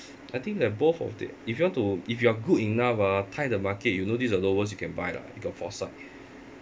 I think that both of the if you want to if you are good enough ah time the market you know this is the lowest you can buy lah you got foresight